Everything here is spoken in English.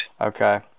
Okay